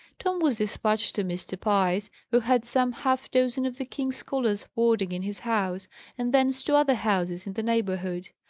tom was despatched to mr. pye's, who had some half dozen of the king's scholars boarding in his house and thence to other houses in the neighbourhood.